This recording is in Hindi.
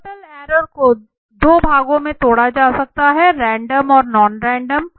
टोटल एरर को दो भागों में तोड़ा जा सकता है रैंडम और नॉन रैंडम